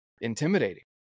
intimidating